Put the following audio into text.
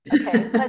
Okay